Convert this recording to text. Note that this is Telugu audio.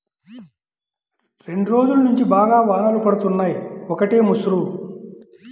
రెండ్రోజుల్నుంచి బాగా వానలు పడుతున్నయ్, ఒకటే ముసురు